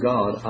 God